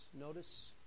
Notice